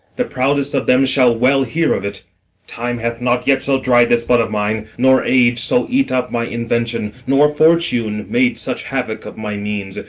the proudest of them shall well hear of it time hath not yet so dried this blood of mine, nor age so eat up my invention, nor fortune made such havoc of my means,